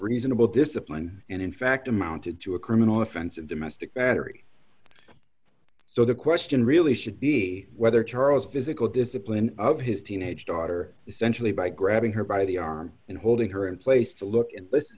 reasonable discipline and in fact amounted to a criminal offense of domestic battery so the question really should be whether charles physical discipline of his teenage daughter essentially by grabbing her by the arm and holding her in place to look and listen